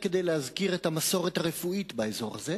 כדי להזכיר את המסורת הרפואית באזור הזה.